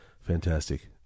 fantastic